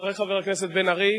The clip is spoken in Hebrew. אחרי חבר הכנסת בן-ארי